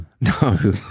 No